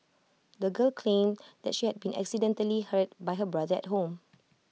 the girl claimed that she had been accidentally hurt by her brother at home